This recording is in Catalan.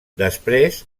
després